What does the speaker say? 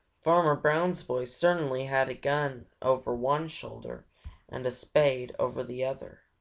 farmer brown's boy certainly had a gun over one shoulder and a spade over the other.